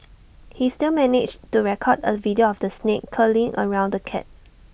he still managed the record A video of the snake curling around the cat